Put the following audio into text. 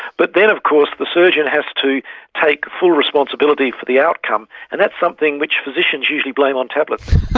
but then of course the surgeon has to take full responsibility for the outcome, and that's something which physicians usually blame on tablets.